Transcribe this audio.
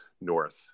north